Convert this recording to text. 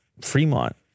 Fremont